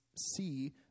see